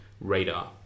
radar